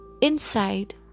inside